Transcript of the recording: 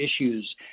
issues